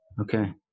Okay